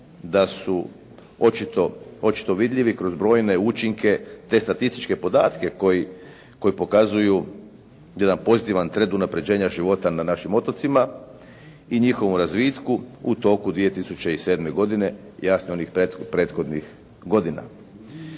da su očito vidljivi kroz brojne učinke te statističke podatke koji pokazuju jedan pozitivan trend unapređenja života na našim otocima i njihovom razvitku u toku 2007. godine, jasno i onih prethodnih godina.